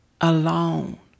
Alone